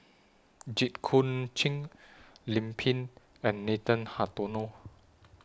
Jit Koon Ch'ng Lim Pin and Nathan Hartono